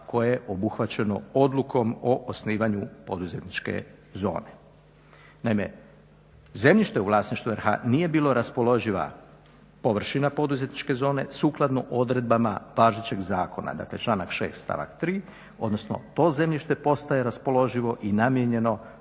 koje je obuhvaćeno odlukom o osnivanju poduzetničke zone. Naime, zemljište u vlasništvu RH nije bilo raspoloživa površina poduzetničke zone sukladno odredbama važećeg zakona, dakle članak 6. stavak 3., odnosno to zemljište postaje raspoloživo i namijenjeno